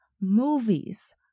movies